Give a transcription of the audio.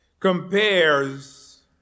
compares